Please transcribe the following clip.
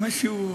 זה משהו,